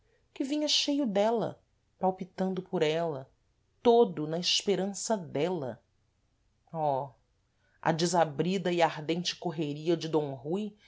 que vinha cheio dela palpitando por ela todo na esperança dela oh a desabrida e ardente correria de d rui